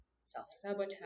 self-sabotage